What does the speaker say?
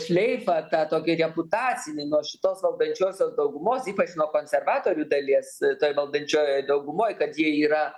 šleifą tą tokį reputacinį nuo šitos valdančiosios daugumos ypač nuo konservatorių dalies toj valdančiojoj daugumoj kad jie yra